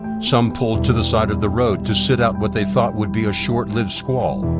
some pulled to the side of the road to sit out what they thought would be a short-lived squall.